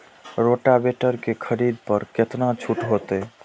Rotavator के खरीद पर केतना छूट होते?